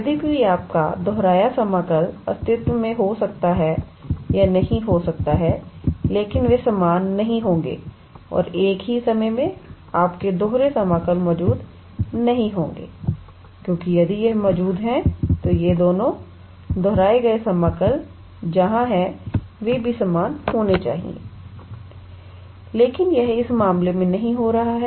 यद्यपि आपका दोहराया समाकल अस्तित्व में हो सकता है या नहीं हो सकता है लेकिन वे समान नहीं होंगे और एक ही समय में आपके दोहरे समाकल मौजूद नहीं होंगे क्योंकि यदि यह मौजूद है तो ये दोनों दोहराए गए समाकल जहां हैं वे भी समान होने चाहिए लेकिन यह इस मामले में नहीं हो रहा है